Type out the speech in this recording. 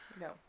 No